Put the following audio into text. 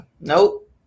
nope